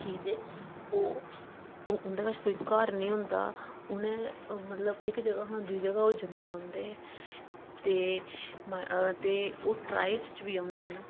ते ओह् उं'दे कच्छ कोई घर निं होंदा उ'नें मतलब इक जगह दा दूई जगह ओह् जंदे रौंह्दे ते अ ते ओह् ट्राइवज च बी औंदे न